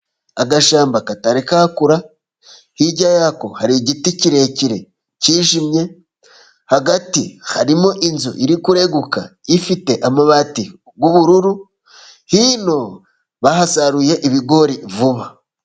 Agashyamba katari kakura, hirya yako hari igiti kirekire kijimye, hagati harimo inzu iri kurenguka ifite amabati'ubururu, hino bahasaruye ibigori vuba.